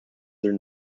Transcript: their